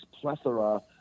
plethora